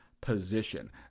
position